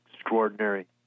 extraordinary